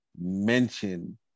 mention